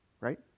Right